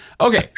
okay